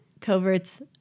Covert's